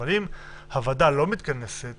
אם הוועדה לא מתכנסת